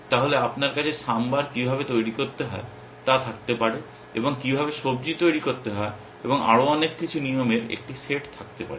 তাহলে আপনার কাছে সাম্বার কীভাবে তৈরি করতে হয় তা থাকতে পারে এবং কীভাবে সবজি তৈরি করতে হয় এবং আরও অনেক কিছু নিয়মের একটি সেট থাকতে পারে